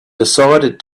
decided